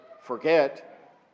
forget